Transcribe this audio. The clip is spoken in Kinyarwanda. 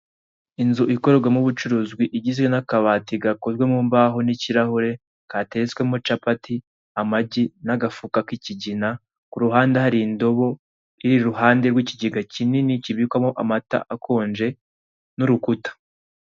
Inzu ikorerwamo ubucuruzi igizwe n'akabati gakozwe mu mbaho n'ikirahure katetswemo capati amagi n'agafuka k'ikigina, kuru ruhande hari indobo iriruhande rw'ikigega kinini kibikwamo amata akonje n'urukuta.